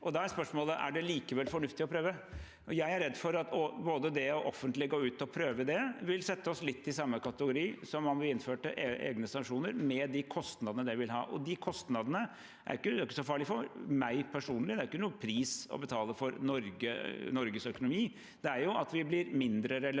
Da er spørsmålet: Er det likevel fornuftig å prøve? Jeg er redd for at det å gå offentlig ut og prøve det vil sette oss litt i samme kategori som om vi innførte egne sanksjoner, med de kostnadene det vil ha. De kostnadene er ikke så farlig for meg personlig, det er ingen pris å betale for Norges økonomi, men saken er at vi blir mindre relevante